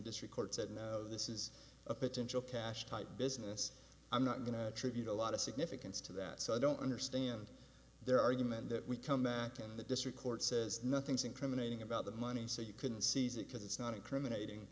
district court said no this is a potential cash type business i'm not going to tribute a lot of significance to that so i don't understand their argument that we come back to the district court says nothing's incriminating about the money so you can seize it because it's not incriminating